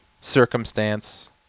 circumstance